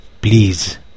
please